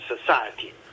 society